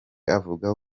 avuga